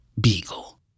Beagle